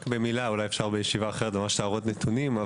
במילה, אולי אפשר בישיבה אחרת להראות עוד נתונים.